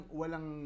walang